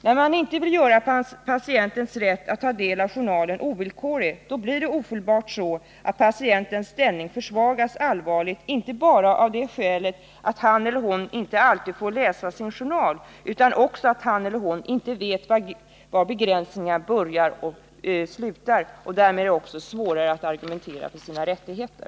När man inte vill göra patientens rätt att ta del av sin journal ovillkorlig försvagas ofelbart patientens ställning allvarligt — inte bara av det skälet att haneller hon inte alltid får läsa sin journal utan också av att han eller hon inte vet var begränsningar börjar och slutar. Därmed är det svårare att argumentera för sina rättigheter.